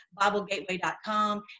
BibleGateway.com